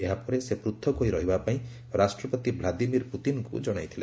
ଏହା ପରେ ସେ ପୃଥକ ହୋଇ ରହିବା ପାଇଁ ରାଷ୍ଟ୍ରପତି ଭ୍ଲାଦିମିର ପୁତିନ୍ଙ୍କୁ ଜଣାଇଛନ୍ତି